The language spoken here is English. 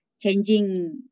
changing